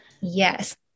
yes